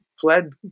fled